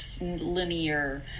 linear